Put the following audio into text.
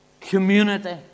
community